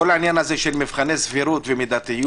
ככל שהוועדה תחליט או תבקש אנחנו נעלה שוב לממשלה.